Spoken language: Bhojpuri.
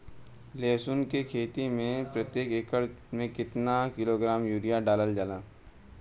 लहसुन के खेती में प्रतेक एकड़ में केतना किलोग्राम यूरिया डालल जाला?